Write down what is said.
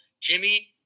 Jimmy